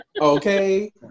Okay